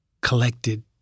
collected